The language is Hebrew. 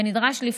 ונדרש גם